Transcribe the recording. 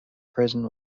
prison